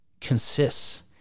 consists